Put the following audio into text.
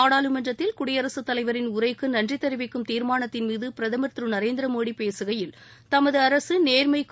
நாடாளுமன்றத்தில் குடியரசு தலைவரின் உரைக்கு நன்றி தெரிவிக்கும் தீர்மானத்தின் மீது பிரதமர் திரு நரேந்திர மோடி பேசுகையில் தனது அரசு நேர்மைக்கும்